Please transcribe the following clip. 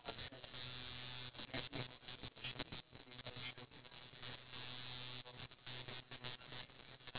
if I'm not wrong in new zealand or something so he booked an airbnb and the host was actually kind enough to